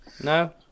No